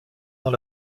dans